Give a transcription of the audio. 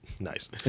Nice